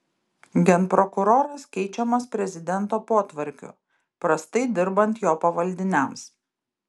genprokuroras keičiamas prezidento potvarkiu prastai dirbant jo pavaldiniams